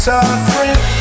suffering